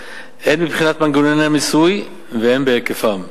הן מבחינת מנגנוני המיסוי והן בהיקפם.